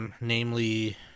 Namely